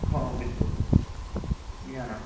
हो बिलकुल घ्या ना